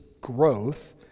growth